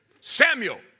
Samuel